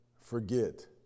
forget